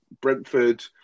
Brentford